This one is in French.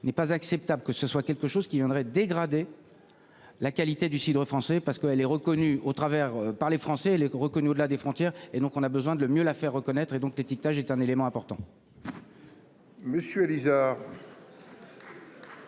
n'est pas acceptable que ce soit quelque chose qui viendrait dégrader. La qualité du cidre français parce que elle est reconnue au travers par les Français et les gros que nous là des frontières et donc on a besoin de le mieux la faire reconnaître et donc l'étiquetage est un élément important.